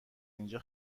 اینجا